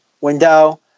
window